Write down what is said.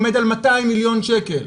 עומד על 200 מיליון שקל.